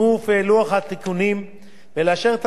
ולאשר את הצעת החוק בקריאה השנייה ובקריאה השלישית.